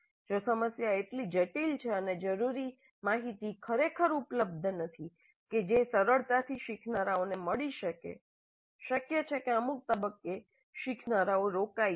જો સમસ્યા એટલી જટિલ છે અને જરૂરી માહિતી ખરેખર ઉપલબ્ધ નથી કે જે સરળતાથી શીખનારાઓને મળી શકે શક્ય છે કે અમુક તબક્કે શીખનારાઓ રોકાય જાય